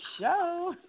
show